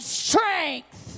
strength